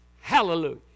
Hallelujah